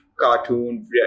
cartoon